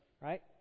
right